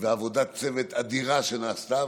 ועבודת צוות אדירה שנעשתה.